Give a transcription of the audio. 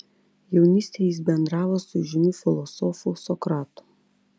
jaunystėje jis bendravo su įžymiu filosofu sokratu